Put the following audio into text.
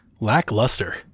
lackluster